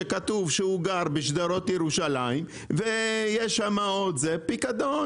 שכתוב שהוא גר בשדרות ירושלים ויש שם עוד פיקדון